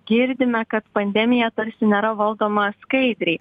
girdime kad pandemija tarsi nėra valdoma skaidriai